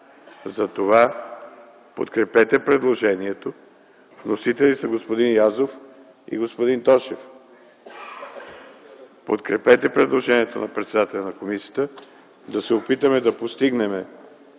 Затова подкрепете предложението! Вносители са господин Язов и господин Тошев. Подкрепете предложението на председателя на комисията! Да се опитаме да постигнем